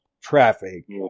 traffic